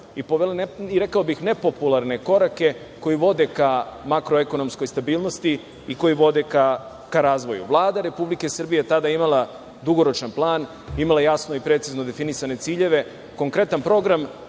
rekao bih, nepopularne korake koji vode ka makro-ekonomskoj stabilnosti i koji vode ka razvoju. Vlada Republike Srbije je tada imala dugoročan plan, imala je jasno i precizno definisane ciljeve, konkretan program,